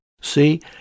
See